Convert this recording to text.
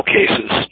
cases